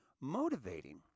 motivating